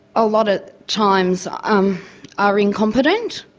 a lot of times um are incompetent,